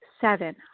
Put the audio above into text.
Seven